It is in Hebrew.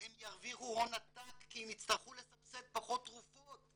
הם ירוויחו הון עתק כי הם יצטרכו לסבסד פחות תרופות.